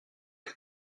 que